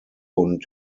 und